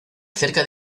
cerca